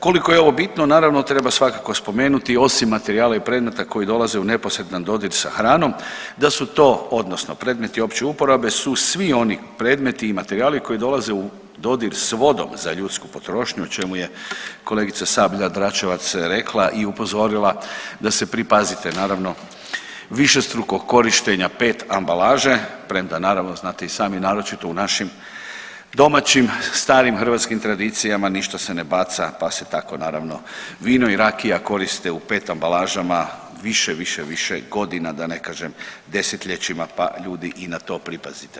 Koliko je ovo bitno naravno treba svakako spomenuti osim materijala i predmeta koji dolaze u neposredan dodir sa hranom da su to odnosno predmeti opće uporabe su svi oni predmeti i materijali koji dolaze u dodir s vodom za ljudsku potrošnju o čemu je kolegica Sabljar-Dračevac rekla i upozorila da se pripazite naravno višestrukog korištenja PET ambalaže, premda naravno znate i sami naročito u našim domaćim starim hrvatskim tradicijama ništa se ne baca, pa se tako naravno vino i rakija koriste u PET ambalažama više, više, više godina da ne kažem desetljećima, pa ljudi i na to pripazite.